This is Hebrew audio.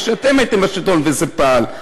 כמו שאתם הייתם בשלטון וזה פעל.